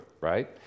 right